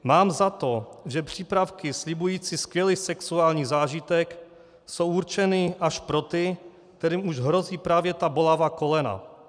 Mám za to, že přípravky slibující skvělý sexuální zážitek jsou určeny až pro ty, kterým už hrozí právě ta bolavá kolena.